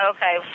Okay